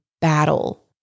battle